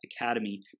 Academy